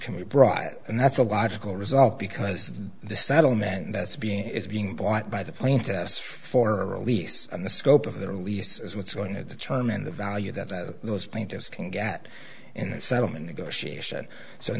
can be brought and that's a logical result because the settlement that's being is being bought by the plaintiffs for a release and the scope of the release is what's going to determine the value that those plaintiffs can get in settlement negotiation so in